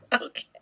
Okay